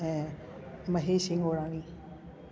ऐं महेश शिंगोराणी